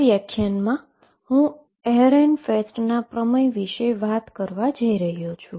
આ વ્યાખ્યાનમાં હું એહરેનફેસ્ટના પ્રમેય વિશે વાત કરવા જઇ રહ્યો છું